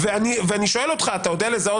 ואני שואל אותך: האם אתה יודע לזהות